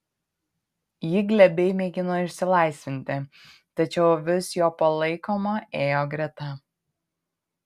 ji glebiai mėgino išsilaisvinti tačiau vis jo palaikoma ėjo greta